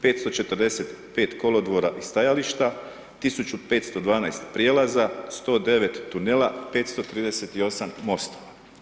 545 kolodvora i stajališta, 1512 prijelaza, 109 tunela, 238 mostova.